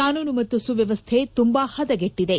ಕಾನೂನು ಮತ್ತು ಸುವ್ಯವಸ್ಥೆ ತುಂಬಾ ಹದಗೆಟ್ಟಿದೆ